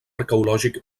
arqueològic